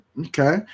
Okay